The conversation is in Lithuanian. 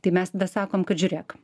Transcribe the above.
tai mes tada sakome kad žiūrėk